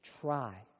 try